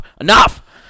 Enough